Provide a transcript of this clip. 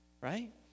right